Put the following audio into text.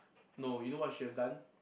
no you know what should have done